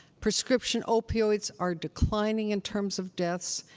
prescription opioids are declining in terms of deaths.